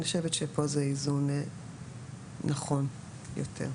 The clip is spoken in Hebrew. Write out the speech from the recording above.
אני חושבת שפה זהו איזון נכון יותר.